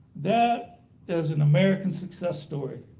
that is an american success story.